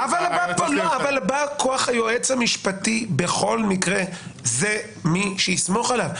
אבל בכל מקרה בא-כוח היועץ המשפטי הוא זה שיסמכו עליו.